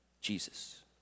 Jesus